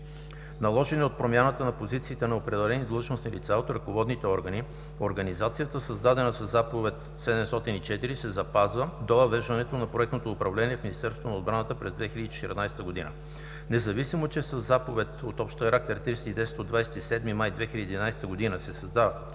наложени от промяната на позициите на определени длъжностни лица от ръководните органи, организацията, създадена със Заповед № ОХ-704 се запазва до въвеждането на проектното управление в Министерството на отбраната през 2014 г. Независимо че със Заповед ОХ 310/27 май 2011 г. се създава организация